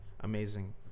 Amazing